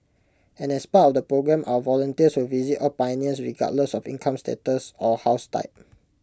and as part of the programme our volunteers will visit all pioneers regardless of income status or house type